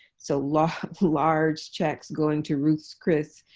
so large large checks going to ruth's chris